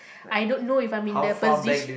I don't know if I'm in the